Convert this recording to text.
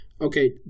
okay